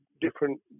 different